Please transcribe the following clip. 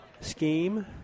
scheme